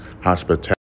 hospitality